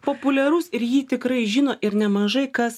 populiarus ir jį tikrai žino ir nemažai kas